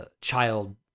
child